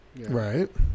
Right